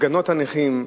הפגנות הנכים.